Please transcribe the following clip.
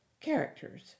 Characters